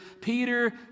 Peter